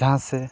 ᱡᱟᱦᱟᱸ ᱥᱮ